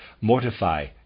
mortify